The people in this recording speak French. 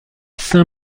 saint